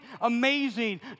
amazing